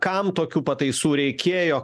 kam tokių pataisų reikėjo